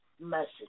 message